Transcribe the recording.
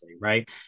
right